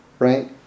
right